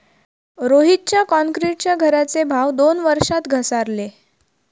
रोहितच्या क्रॉन्क्रीटच्या घराचे भाव दोन वर्षात घसारले